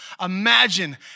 Imagine